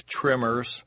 trimmers